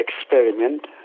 experiment